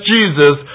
Jesus